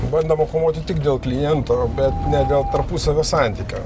bandoma kovoti tik dėl kliento bet ne dėl tarpusavio santykio